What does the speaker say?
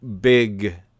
big